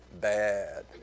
bad